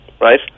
right